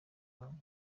bwangu